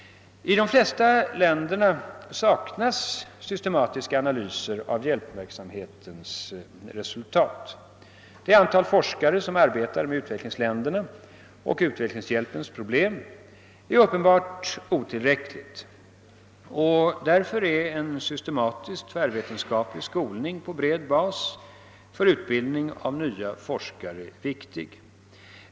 i de flesta länderna saknas systematiska analyser av hjälpverksamhetens resultat. Det antal forskare som arbetar med utvecklingsländernas och utvecklingshjälpens problem är uppenbart otillräckligt. Därför är en systematisk tvärvetenskaplig skolning på bred bas för utbildning av nya forskare viktig.